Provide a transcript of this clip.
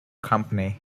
company